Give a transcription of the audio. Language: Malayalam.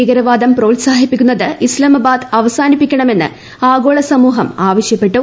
ഭീകരവാദം പ്രോത്സാഹിപ്പിക്കുന്നത് ഇസ്താമാബാദ് അവസാനിപ്പിക്കണമെന്ന് ആഗോള സമൂഹം ആവശ്യപ്പെട്ടു